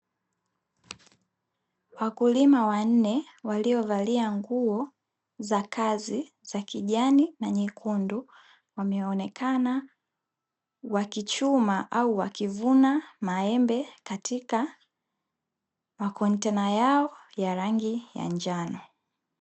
Wakulima wanne waliovalia nguo za kazi za kijani na nyekundu, wameonekana wakichuma au wakivuna maembe katika makontena yao ya rangi ya njano.